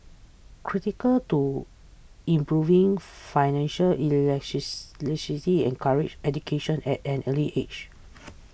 critical to improving financial encouraging education at an early age